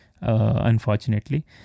unfortunately